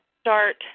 start